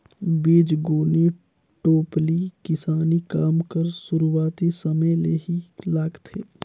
बीजगोनी टोपली किसानी काम कर सुरूवाती समे ले ही लागथे